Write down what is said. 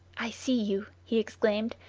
i see you he exclaimed,